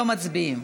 לא מצביעים,